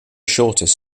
shortest